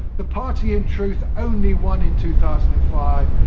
the party in truth only won in two thousand and five,